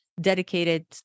dedicated